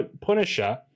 Punisher